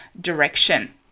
Direction